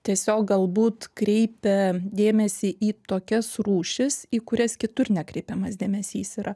tiesiog galbūt kreipia dėmesį į tokias rūšis į kurias kitur nekreipiamas dėmesys yra